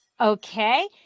Okay